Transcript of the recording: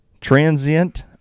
Transient